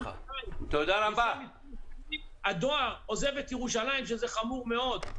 ירושלים --- הדואר עוזב את ירושלים שזה חמור מאוד,